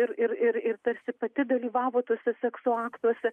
ir ir ir ir tarsi pati dalyvavo tuose sekso aktuose